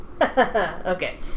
Okay